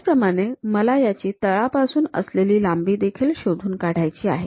त्याचप्रमाणे मला याची तळापासून असलेली लांबी देखील शोधून काढायची आहे